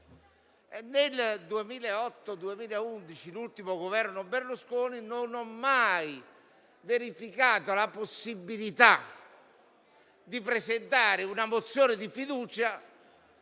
Nel 2008-2011, con l'ultimo Governo Berlusconi, non ho mai verificato la possibilità di porre la questione di fiducia